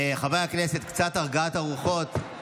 חברי הכנסת, קצת להרגיע את הרוחות.